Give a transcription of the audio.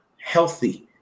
healthy